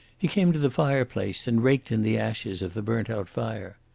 he came to the fireplace and raked in the ashes of the burnt-out fire.